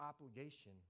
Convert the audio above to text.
obligation